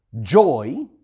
joy